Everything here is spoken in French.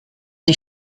des